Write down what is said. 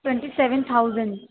twenty seven thousand